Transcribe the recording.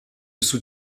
sous